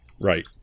right